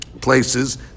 places